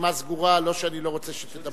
הרשימה סגורה, לא שאני לא רוצה שתדבר.